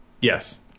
yes